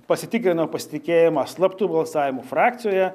pasitikrinau pasitikėjimą slaptu balsavimu frakcijoje